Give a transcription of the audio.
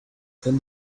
than